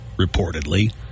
reportedly